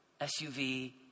SUV